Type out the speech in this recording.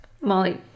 Molly